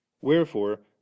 wherefore